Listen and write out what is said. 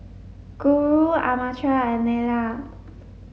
Guru Amartya and Neila